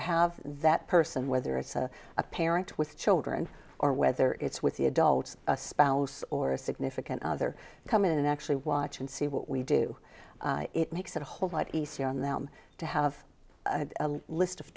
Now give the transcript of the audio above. have that person whether it's a a parent with children or whether it's with the adults a spouse or significant other come in and actually watch and see what we do it makes it a whole lot easier on them to have a list of